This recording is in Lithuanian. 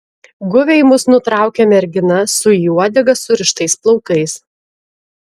guviai mus nutraukia mergina su į uodegą surištais plaukais